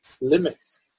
limits